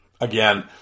Again